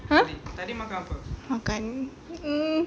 !huh! makan um